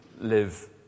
live